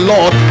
Lord